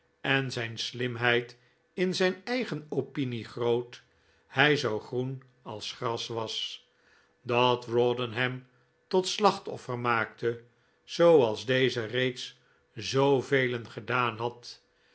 en zijn slimheid in zijn eigen opinie groot hij zoo groen als gras was dat rawdon hem tot slacht offer maakte zooals deze reeds zoovelen gedaan had